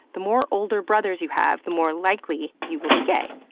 the more older brothers you have, the more likely you will be gay.